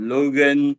Logan